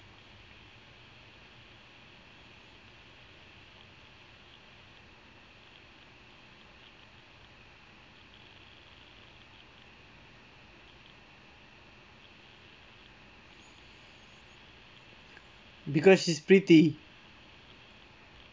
because she's pretty